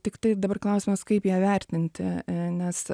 tiktai dabar klausimas kaip ją vertinti nes